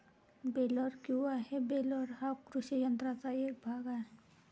baler किंवा हे baler हा कृषी यंत्राचा एक भाग आहे